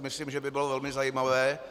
Myslím si, že to by bylo velmi zajímavé.